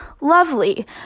lovely